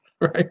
Right